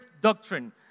doctrine